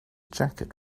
jacket